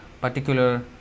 particular